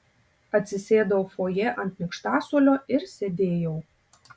atsisėdau fojė ant minkštasuolio ir sėdėjau